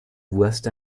west